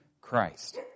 Christ